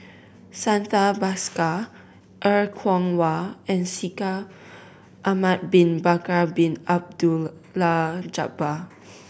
Santha Bhaskar Er Kwong Wah and Shaikh Ahmad Bin Bakar Bin Abdullah Jabbar